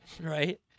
right